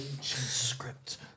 script